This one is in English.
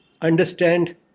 understand